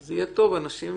זה יהיה טוב כי אנשים,